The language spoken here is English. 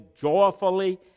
joyfully